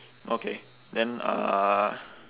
okay then uh